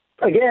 again